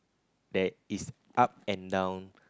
bad is up and down